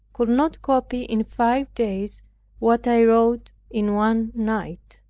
could not copy in five days what i wrote in one night.